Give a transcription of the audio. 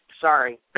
Sorry